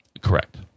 Correct